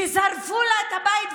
ששרפו לה את הבית,